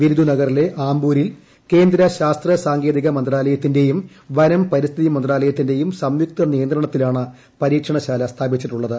വിരുദുനഗറിലെ ആംബൂരിൽ കേന്ദ്ര ശാസ്ത്ര സാങ്കേതിക മന്ത്രാലയത്തിന്റെയും വനം പരിസ്ഥിതി മന്ത്രാലയത്തിന്റേയും സംയുക്ത നിയന്ത്രണത്തിലാണ് പരീക്ഷണ ശാല സ്ഥാപിച്ചിട്ടുള്ളത്